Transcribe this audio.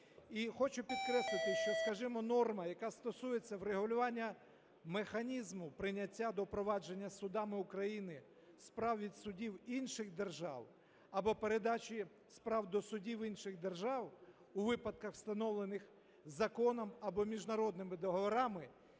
І хочу підкреслити, що скажімо норма, яка стосується врегулювання механізму прийняття до впровадження судами України справ від судів інших держав або передачі справ до судів інших держав у випадках, встановлених законом або міжнародними договорами,